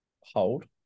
hold